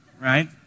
right